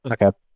Okay